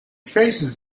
faces